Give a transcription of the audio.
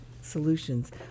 solutions